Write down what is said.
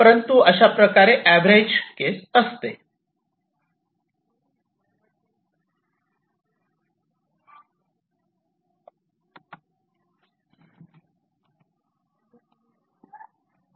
परंतु अशाप्रकारे average case असते